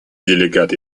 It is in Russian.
делегат